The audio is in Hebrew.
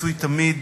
רצוי תמיד